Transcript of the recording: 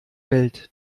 welt